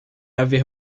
haver